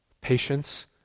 Patience